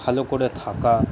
ভালো করে থাকা